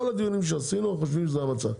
הדיונים שעשינו אנחנו חושבים שזה המצב,